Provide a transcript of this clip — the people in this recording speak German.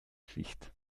sicht